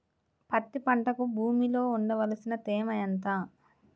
పత్తి పంటకు భూమిలో ఉండవలసిన తేమ ఎంత?